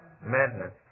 Madness